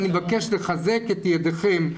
אני מבקש לחזק את ידיכם,